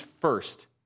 first